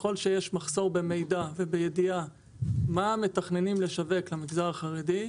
ככל שיש מחסור במידע ובידיעה מה מתכננים לשווק למגזר החרדי,